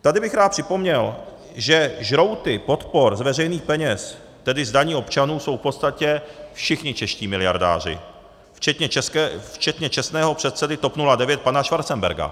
Tady bych rád připomněl, že žrouty podpor z veřejných peněz, tedy z daní občanů, jsou v podstatě všichni čeští miliardáři, včetně čestného předsedy TOP 09 pana Schwarzenberga.